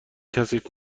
کثیف